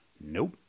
Nope